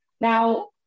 Now